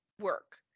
work